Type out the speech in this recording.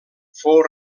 fou